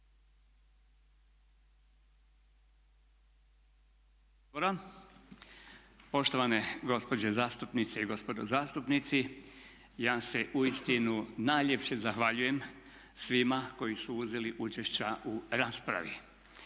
poštovane gospođe zastupnice i gospodo zastupnici ja se uistinu najljepše zahvaljujem svima koji su uzeli učešća u raspravi.